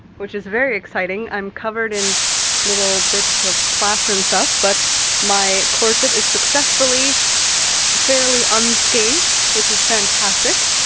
which is very exciting. i'm covered in little bits of plaster and stuff, but my corset is successfully fairly unscathed, which is fantastic.